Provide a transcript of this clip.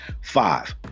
five